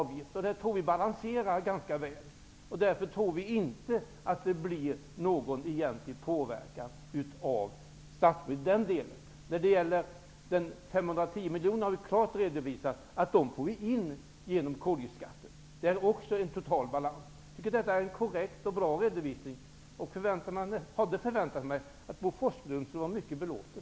Vi tror att det balanserar ganska väl, och därför tror vi inte på någon egentlig påverkan i den delen. När det gäller de 510 miljonerna har vi klart redovisat att dessa pengar kan man få in genom höjd koldioxidskatt. Balansen är total även här. Detta är en korrekt och bra redovisning. Jag hade förväntat mig att Bo Forslund skulle vara mycket belåten.